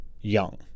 young